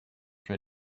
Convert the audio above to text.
que